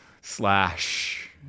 slash